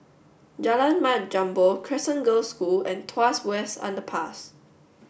Jalan Mat Jambol Crescent Girls' School and Tuas West Underpass